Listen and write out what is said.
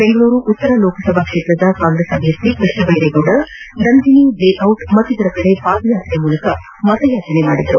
ಬೆಂಗಳೂರು ಉತ್ತರ ಲೋಕಸಭಾ ಕ್ಷೇತ್ರದ ಕಾಂಗ್ರೆಸ್ ಅಭ್ಯರ್ಥಿ ಕೃಷ್ಣದೈರೇಗೌಡ ನಂದಿನಿಲೇಔಟ್ ಮತ್ತಿತರ ಕಡೆ ಪಾದಯಾತ್ರೆ ಮೂಲಕ ಮತಯಾಚನೆ ಮಾಡಿದರು